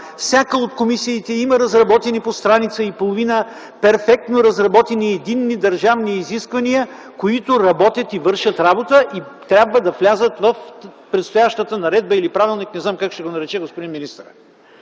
всяка от комисиите имат перфектно разработени по страница и половина единни държавни изисквания, които работят и вършат работа и трябва да влязат в предстоящата наредба или правилник, не знам как ще го нарече господин министърът.